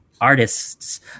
artists